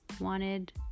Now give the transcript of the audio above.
wanted